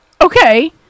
Okay